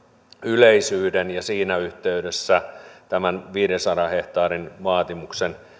yleisyyden ja siinä yhteydessä tämän viidensadan hehtaarin vaatimuksen